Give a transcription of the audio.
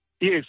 Yes